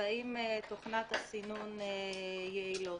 והאם תוכנות הסינון יעילות.